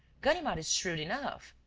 ganimard is shrewd enough.